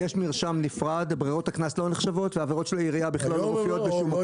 יש מרשם נפרד והעבירות של העירייה בכלל לא מופיעות בשום מקום.